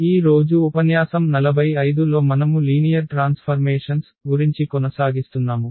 ఈ రోజు ఉపన్యాసం 45 లొ మనము లీనియర్ ట్రాన్స్ఫర్మేషన్స్ గురించి కొనసాగిస్తున్నాము